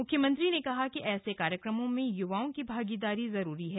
मुख्यमंत्री ने कहा कि ऐसे कार्यक्रमों में युवाओं की भागीदारी जरूरी है